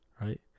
right